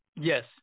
Yes